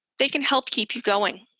they can help keep you going.